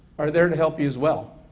are there to help you as well,